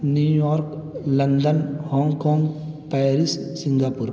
New York London Hong Kong Paris Singapore